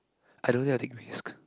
I don't dare to take risk